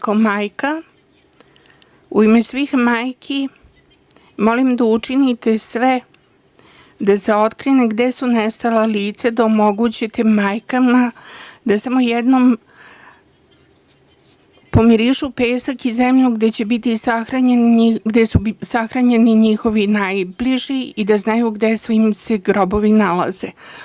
Kao majka, u ime svih majki, molim da učinite sve da se otkrije gde su nestala lica, da omogućite majkama da samo jednom pomirišu pesak i zemlju gde su sahranjeni njihovi najbliži i da znaju gde im se grobovi nalaze.